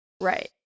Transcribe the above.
Right